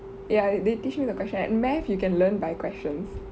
ya they teach me the question and math you can learn by questions